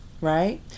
right